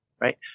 Right